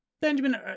Benjamin